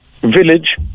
village